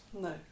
No